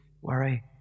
worry